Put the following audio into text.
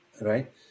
right